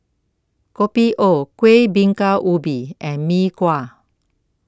Kopi O Kueh Bingka Ubi and Mee Kuah